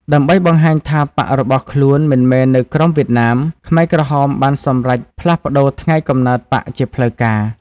ដើម្បីបង្ហាញថាបក្សរបស់ខ្លួនមិនមែននៅក្រោមវៀតណាម ខ្មែរក្រហមបានសម្រេចផ្លាស់ប្តូរថ្ងៃកំណើតបក្សជាផ្លូវការ។